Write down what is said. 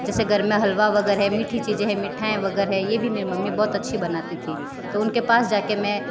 जैसे घर में हलवा वग़ैरह है मीठी चीज़ें हैं मीठाई वग़ैरह है ये भी मेरी मम्मी बहुत अच्छी बनाती थी तो उनके पास जा के मैं